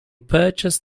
purchased